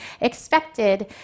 expected